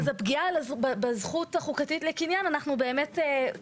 הפגיעה בזכות החוקתית לקניין --- את